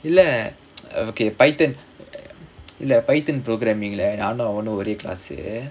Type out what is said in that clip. இல்ல:illa okay python இல்ல:illa python programming lah நானும் அவனும் ஒரே:naanum avanum orae class